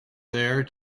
there